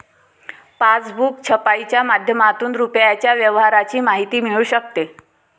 passbook छपाईच्या माध्यमातून रुपयाच्या व्यवहाराची माहिती मिळू शकते